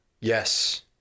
Yes